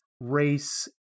race